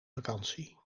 vakantie